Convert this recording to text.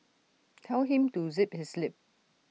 tell him to zip his lip